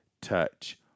touch